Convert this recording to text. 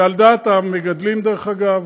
זה על דעת המגדלים, דרך אגב.